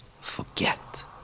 forget